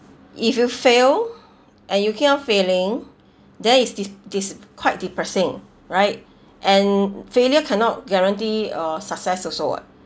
if you fail and you keep on failing there is des~ des~ quite depressing right and failure cannot guarantee uh success also [what]